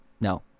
No